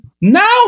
now